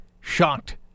shocked